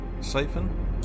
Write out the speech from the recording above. siphon